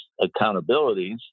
accountabilities